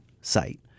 site